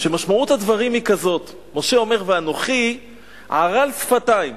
משמעות הדברים היא כזאת: משה אומר: ואנוכי ערל שפתיים.